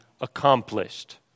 accomplished